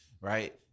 right